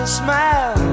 smile